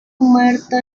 muerto